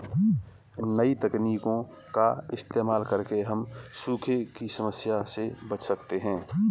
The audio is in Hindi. नई तकनीकों का इस्तेमाल करके हम सूखे की समस्या से बच सकते है